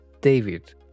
David